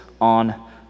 on